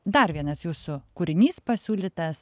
dar vienas jūsų kūrinys pasiūlytas